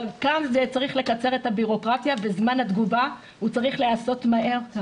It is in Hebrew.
אבל צריך לקצר את הבירוקרטיה ואת זמן התגובה והוא צריך להיעשות מהר.